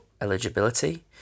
eligibility